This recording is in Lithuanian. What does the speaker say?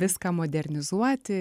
viską modernizuoti